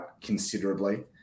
considerably